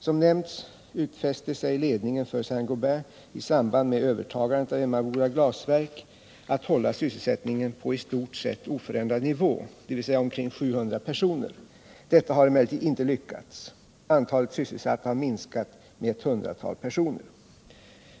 Som nämnts utfäste sig ledningen för Saint Gobain i samband med övertagandet av Emmaboda Glasverk att hålla sysselsättningen på i stort sett oförändrad nivå, dvs. omkring 700 personer. Detta har emellertid inte lyckats. Antalet sysselsatta har minskat med ett hundratal personer.